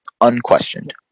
unquestioned